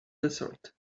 desert